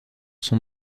son